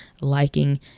liking